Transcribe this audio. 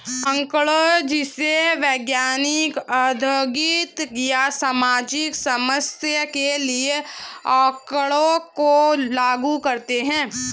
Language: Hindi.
आंकड़े किसी वैज्ञानिक, औद्योगिक या सामाजिक समस्या के लिए आँकड़ों को लागू करते है